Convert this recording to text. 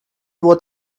what